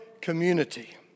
community